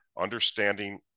understanding